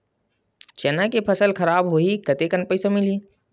चना के फसल खराब होही कतेकन पईसा मिलही?